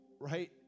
right